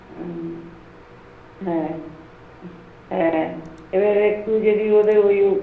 হুম হ্যাঁ হ্যাঁ এবার একটু যদি ওদের ওই ও